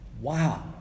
Wow